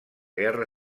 guerra